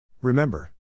Remember